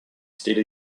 state